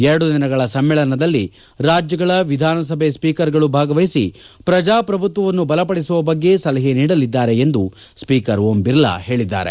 ಎರಡು ದಿನಗಳ ಸಮ್ಮೇಳನದಲ್ಲಿ ರಾಜ್ಯಗಳ ವಿಧಾನಸಭೆ ಸ್ಪೀಕರ್ಗಳು ಭಾಗವಹಿಸಿ ಪ್ರಜಾಪ್ರಭುತ್ವವನ್ನು ಬಲ ಪಡಿಸುವ ಬಗ್ಗೆ ಸಲಹೆ ನೀಡಲಿದ್ದಾರೆ ಎಂದು ಸ್ಷೀಕರ್ ಓಂ ಬಿರ್ಲಾ ಹೇಳಿದ್ದಾರೆ